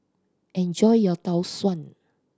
enjoy your Tau Suan